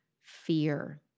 fear